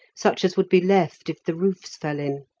such as would be left if the roofs fell in.